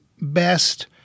best